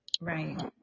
right